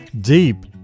deep